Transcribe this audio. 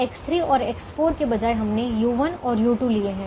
X3 और X4 के बजाय हमने u1 और u2 लिए है